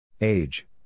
Age